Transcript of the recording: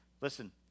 Listen